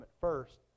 first